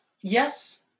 yes